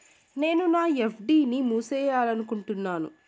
నేను నా ఎఫ్.డి ని మూసేయాలనుకుంటున్నాను